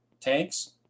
tanks